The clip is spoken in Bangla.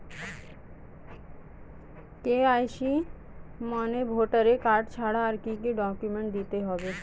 কে.ওয়াই.সি মানে ভোটার কার্ড ছাড়া আর কি কি ডকুমেন্ট দিতে হবে?